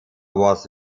was